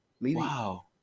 wow